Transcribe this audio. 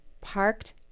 parked